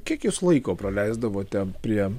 kiek jūs laiko praleisdavote prie